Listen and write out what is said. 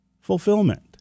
fulfillment